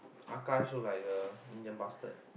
Akash look like the Indian bastard